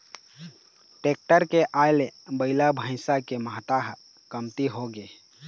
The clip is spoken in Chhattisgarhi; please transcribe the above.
टेक्टर के आए ले बइला, भइसा के महत्ता ह कमती होगे हे